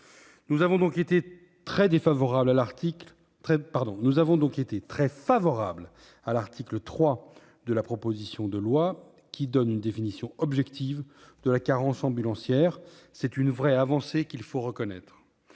Nous avons donc été très favorables à l'article 3 de la proposition de loi, qui donne une définition objective de la carence ambulancière. C'est une vraie avancée qu'il faut reconnaître.